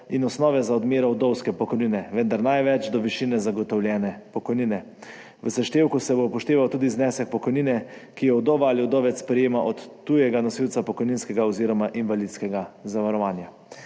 in osnove za odmero vdovske pokojnine, vendar največ do višine zagotovljene pokojnine. V seštevku se bo upošteval tudi znesek pokojnine, ki jo vdova ali vdovec prejema od tujega nosilca pokojninskega oziroma invalidskega zavarovanja.